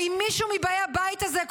האם מישהו מבאי הבית הזה,